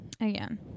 again